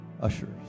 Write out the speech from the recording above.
Ushers